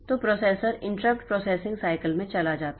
तो processor interrupt processing cycle में चला जाता है